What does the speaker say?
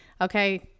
okay